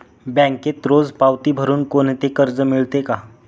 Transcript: बँकेत रोज पावती भरुन कोणते कर्ज मिळते का?